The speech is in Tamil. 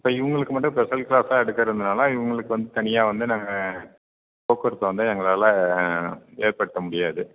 இப்போ இவங்களுக்கு மட்டும் ஸ்பெஷல் கிளாஸாக எடுக்கிறதுனால இவங்களுக்கு வந்து தனியாக வந்து நாங்கள் போக்குவரத்தை வந்து எங்களால் ஏற்படுத்த முடியாது